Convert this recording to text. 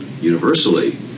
universally